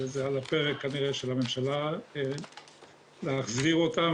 וזה על הפרק, כנראה, של הממשלה להחזיר אותם.